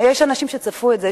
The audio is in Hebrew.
יש אנשים שצפו את זה,